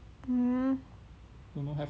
mm